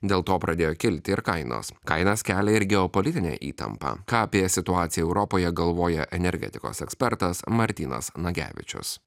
dėl to pradėjo kilti ir kainos kainas kelia ir geopolitinė įtampa ką apie situaciją europoje galvoja energetikos ekspertas martynas nagevičius